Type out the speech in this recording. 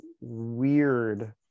weird